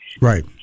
Right